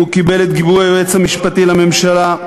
הוא קיבל את גיבוי היועץ המשפטי לממשלה,